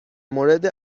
مورد